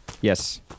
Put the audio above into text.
Yes